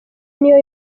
niyo